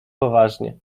poważnie